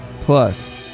plus